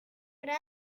tras